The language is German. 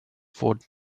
wurden